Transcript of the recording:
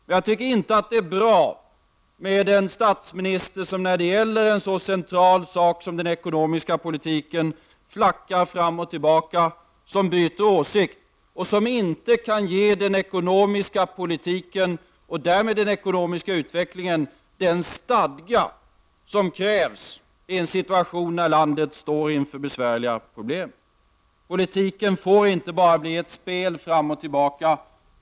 Men jag tycker inte att det är bra med en statsminister, som i en så central fråga som den ekonomiska politiken flackar fram och tillbaka, som byter åsikt och som inte kan ge den ekonomiska politiken, och därmed den ekonomiska utveck lingen, den stadga som krävs i en situation då landet står inför besvärliga problem. Politiken får ju inte bara bli ett spel fram och tillbaka.